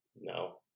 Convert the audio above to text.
No